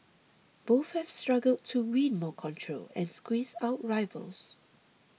both have struggled to win more control and squeeze out rivals